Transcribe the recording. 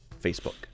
Facebook